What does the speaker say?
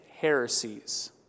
heresies